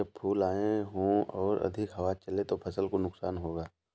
जब फूल आए हों और अधिक हवा चले तो फसल को नुकसान होगा?